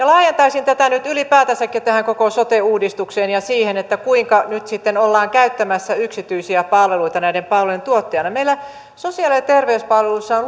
laajentaisin tätä nyt ylipäätänsäkin tähän koko sote uudistukseen ja siihen kuinka nyt sitten ollaan käyttämässä yksityisiä palveluita näiden palveluiden tuottajina meillä sosiaali ja terveyspalveluissa